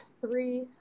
three